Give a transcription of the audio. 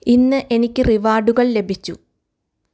ഇന്ന് എനിക്ക് റിവാർഡുകൾ ലഭിച്ചു